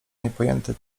niepojęty